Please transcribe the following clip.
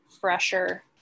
fresher